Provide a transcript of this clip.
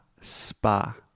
spa